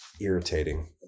irritating